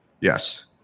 Yes